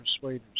Persuaders